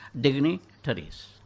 dignitaries